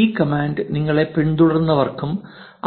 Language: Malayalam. ഈ കമാൻഡ് നിങ്ങളെ പിന്തുടരുന്നവർക്കും